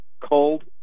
Cold